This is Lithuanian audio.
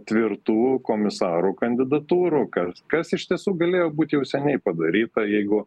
tvirtų komisarų kandidatūrų kas kas iš tiesų galėjo būt jau seniai padaryta jeigu